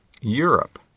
Europe